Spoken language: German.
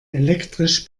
elektrisch